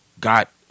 got